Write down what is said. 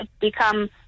become